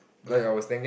ya